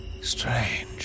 Strange